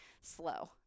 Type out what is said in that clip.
slow